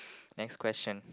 next question